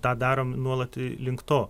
tą darom nuolat link to